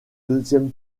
deuxième